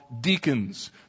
deacons